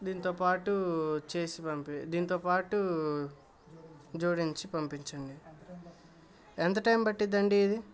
దీంతోపాటు చేసి పంపి దీంతోపాటు జోడించి పంపించండి ఎంత టైం పట్టిద్దండి ఇది